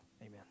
Amen